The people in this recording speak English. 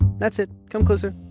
that's it. come closer.